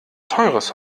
teures